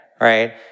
right